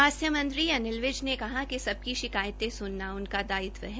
स्वास्थ्य मंत्री अनिल विज ने कहा कि सबकी शिकायतें सुनना उनका दायित्व है